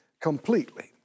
completely